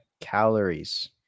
calories